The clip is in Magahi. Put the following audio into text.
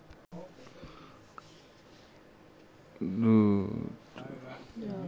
कम से कम केतना पैसा निबेस कर सकली हे और केतना दिन तक करबै तब केतना पैसा हमर हो जइतै?